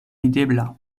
videbla